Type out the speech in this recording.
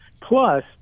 Plus